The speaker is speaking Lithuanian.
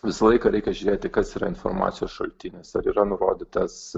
visą laiką reikia žiūrėti kas yra informacijos šaltiniuose ar yra nurodytas